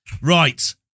Right